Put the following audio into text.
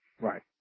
Right